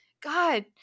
God